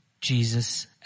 Jesus